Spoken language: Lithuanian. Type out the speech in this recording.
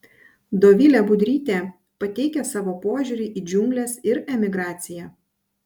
dovilė budrytė pateikia savo požiūrį į džiungles ir emigraciją